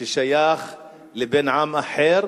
ששייך לעם, בן עם אחר,